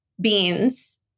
beans